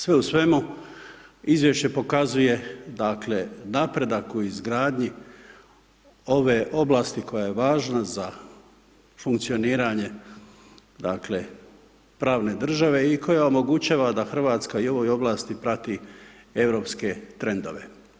Sve u svemu izvješće pokazuje dakle napredak u izgradnji ove oblasti koja je važna za funkcioniranje dakle pravne države i koja omogućava da Hrvatska i u ovoj ovlasti prati europske trendove.